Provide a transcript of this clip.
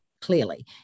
clearly